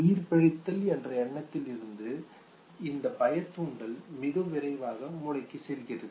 உயிர் பிழைத்தல் என்ற எண்ணத்தால் இந்த பய தூண்டல் மிக விரைவாக மூளைக்கு செல்கிறது